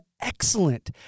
excellent